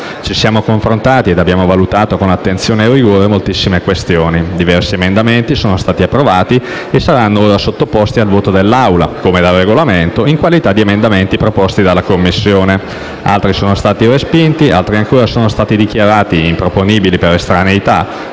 Ci siamo confrontati e abbiamo valutato con attenzione e rigore moltissime questioni. Diversi emendamenti sono stati approvati e saranno ora sottoposti al voto dell'Assemblea, come da Regolamento, in qualità di emendamenti proposti dalla Commissione. Altri sono stati respinti; altri ancora sono stati dichiarati improponibili per estraneità